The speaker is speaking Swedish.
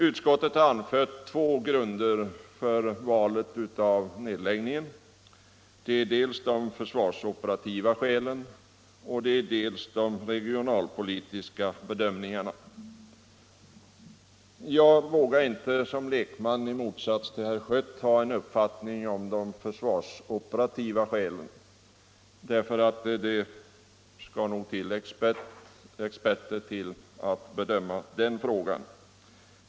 Utskottet har anfört två grunder för valet av flottiljer som skall nedläggas: dels de försvarsoperativa skälen, dels de regionalpolitiska bedömningarna. Jag vågar inte som lekman, i motsats till herr Schött, ha en uppfattning om de försvarsoperativa skälen. Det skall nog experter till för att bedöma den frågan.